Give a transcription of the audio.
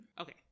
Okay